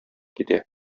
китә